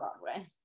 Broadway